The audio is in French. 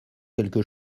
quelque